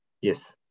Yes